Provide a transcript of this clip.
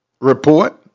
report